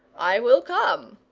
i will come.